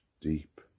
deep